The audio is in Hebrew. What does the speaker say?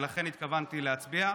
ולכן התכוונתי להצביע.